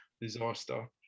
disaster